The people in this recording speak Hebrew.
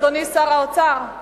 אדוני שר האוצר?